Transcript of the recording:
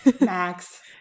Max